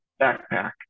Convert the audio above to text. backpack